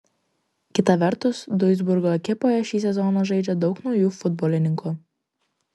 kita vertus duisburgo ekipoje šį sezoną žaidžia daug naujų futbolininkų